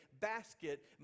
basket